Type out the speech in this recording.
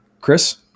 Chris